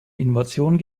innovation